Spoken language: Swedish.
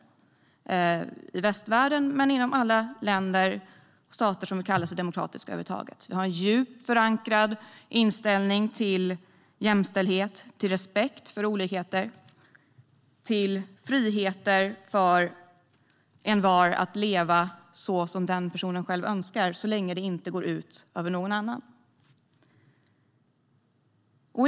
Det gäller i såväl västvärlden som i alla stater som kallar sig demokratiska. Vi har en djupt förankrad inställning till jämställdhet, till respekt för olikheter och till frihet för envar att leva så som den personen önskar, så länge det inte går ut över någon annan.